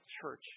church